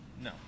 no